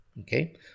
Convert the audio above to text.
okay